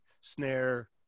snare